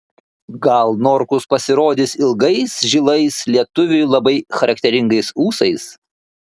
gal norkus pasirodys ilgais žilais lietuviui labai charakteringais ūsais